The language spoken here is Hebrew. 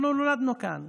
אנחנו נולדנו כאן.